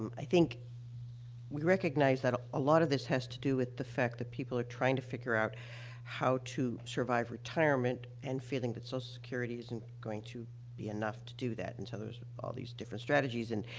i think we recognize that a lot of this has to do with the fact that people are trying to figure out how to survive retirement and feeling that social so security isn't going to be enough to do that, and so there's all these different strategies. and,